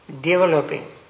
developing